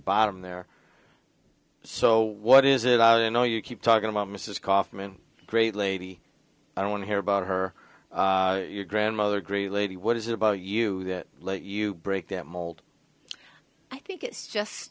bottom there so what is it i know you keep talking about mrs kaufman great lady i don't want to hear about her your grandmother great lady what is it about you that let you break that mold i think it's just